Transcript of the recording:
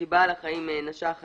כי בעל חיים נשך אדם,